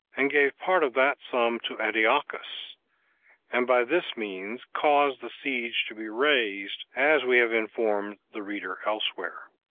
and gave part of that sum to antiochus and by this means caused the siege to be raised, as we have informed the reader elsewhere.